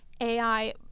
AI